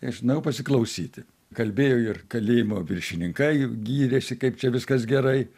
tai aš nuėjau pasiklausyti kalbėjo ir kalėjimo viršininkai gyrėsi kaip čia viskas gerai